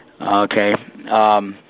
Okay